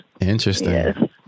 Interesting